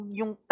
yung